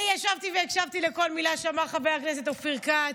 אני ישבתי והקשבתי לכל מילה שאמר חבר הכנסת אופיר כץ.